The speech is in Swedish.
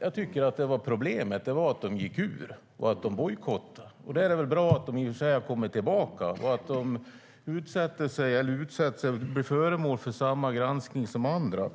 Jag tycker att problemet var att de gick ur och bojkottade det. Då är det väl i och för sig bra att de har kommit tillbaka och att de utsätter sig för och blir föremål för samma granskning som andra.